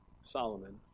Solomon